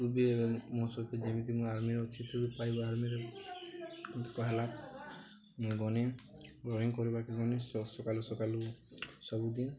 ତୁ ବି ଏବେ ମୋ ସହିତ ଯେମିତି ମୁଁ ଆର୍ମିରେ ଅଛି ତୁ ପାଇବୁ ଆର୍ମିରେ କ ହେଲା ମୁଁ ଗନେ ଡ୍ରଇଂ କରିବାକେ ଗଲି ସକାଳୁ ସକାଳୁ ସବୁ ଦିନ୍